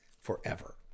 forever